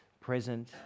present